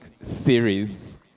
series